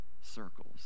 circles